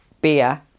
beer